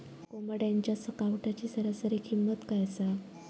कोंबड्यांच्या कावटाची सरासरी किंमत काय असा?